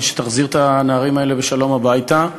שיחזיר את הנערים האלה בשלום הביתה.